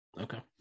okay